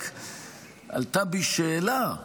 רק עלתה בי שאלה: